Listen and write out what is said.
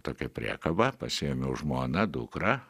tokią priekabą pasiėmiau žmoną dukrą